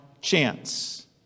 chance